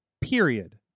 period